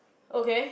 okay